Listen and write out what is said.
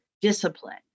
discipline